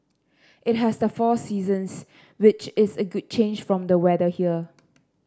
it has the four seasons which is a good change from the weather here